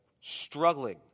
Struggling